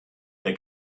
der